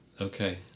Okay